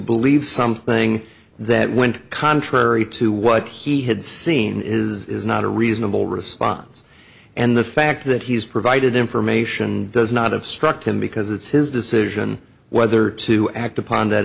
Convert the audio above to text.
believe something that went contrary to what he had seen is not a reasonable response and the fact that he's provided information does not have struck him because it's his decision whether to act upon that